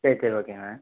சரி சரி ஓகேங்க